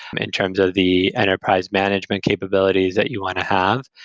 in terms of the enterprise management capabilities that you want to have.